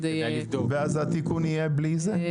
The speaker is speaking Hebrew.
ואז התיקון יהיה בלי זה?